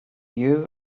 you